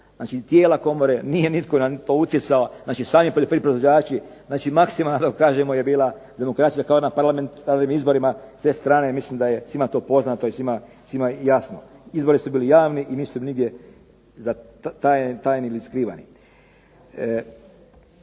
Znači, tijela komore nije nitko na to utjecao, znači sami poljoprivredni proizvođači, znači maksimalno kažemo je bila demokracija kao na parlamentarnim izborima. S te strane mislim da je to svima to poznato i svima jasno. Izbori su bili javni i nisu bili nigdje zatajeni ili skrivani.